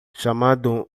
chamado